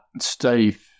Steve